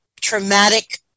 traumatic